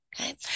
Okay